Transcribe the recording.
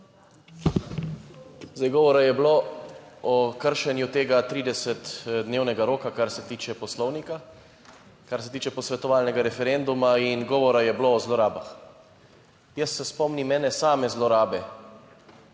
Zdaj, govora je bilo o kršenju tega 30-dnevnega roka kar se tiče Poslovnika, kar se tiče posvetovalnega referenduma in govora je bilo o zlorabah. Jaz se spomnim ene same zlorabe